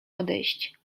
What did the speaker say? odejść